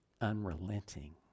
unrelenting